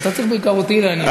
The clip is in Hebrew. אתה צריך בעיקר אותי לעניין.